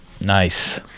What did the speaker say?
Nice